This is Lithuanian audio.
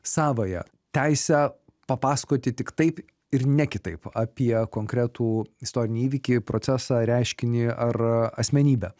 savąją teisę papasakoti tik taip ir ne kitaip apie konkretų istorinį įvykį procesą reiškinį ar asmenybę